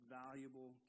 valuable